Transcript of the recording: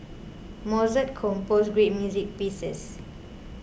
Mozart composed great music pieces